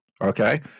okay